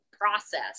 process